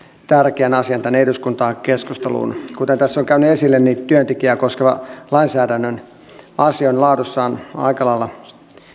tärkeän asian tänne eduskuntaan keskusteluun kuten tässä on käynyt esille työntekijää koskeva lainsäädännön asia on laadussaan aika lailla